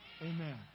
Amen